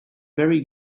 very